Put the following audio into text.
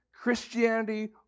Christianity